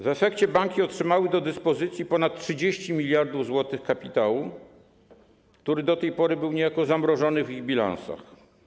W efekcie banki otrzymały do dyspozycji ponad 30 mld zł kapitału, który do tej pory był niejako zamrożony w ich bilansach.